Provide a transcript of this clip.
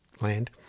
land